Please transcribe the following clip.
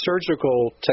surgical